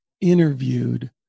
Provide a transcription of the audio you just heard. interviewed